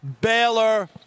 Baylor